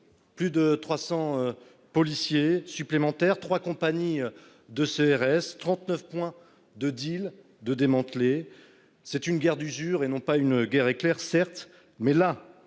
Plus de 300 policiers supplémentaires, 3 compagnies de CRS, 39 points de deal de démanteler. C'est une guerre d'usure et non pas une guerre éclair, certes, mais là